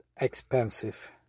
expensive